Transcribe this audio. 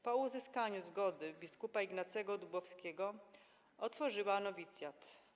Po uzyskaniu zgody bp. Ignacego Dubowskiego otworzyła nowicjat.